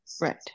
right